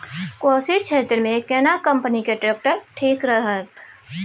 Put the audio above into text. कोशी क्षेत्र मे केना कंपनी के ट्रैक्टर ठीक रहत?